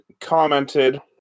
commented